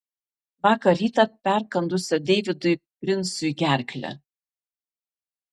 vakar rytą perkandusio deividui princui gerklę